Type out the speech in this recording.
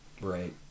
right